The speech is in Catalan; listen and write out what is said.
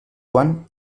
joan